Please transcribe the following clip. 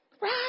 Right